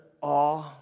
awe